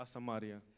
Samaria